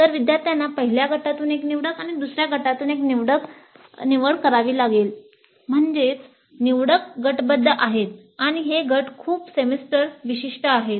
तर विद्यार्थ्यांना पहिल्या गटातून एक निवडक आणि दुसर्या गटामधून एक निवडक निवड करावी लागेल म्हणजे निवडक गटबद्ध आहेत आणि हे गट खूप सेमेस्टर विशिष्ट आहेत